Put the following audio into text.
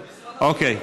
אוקיי.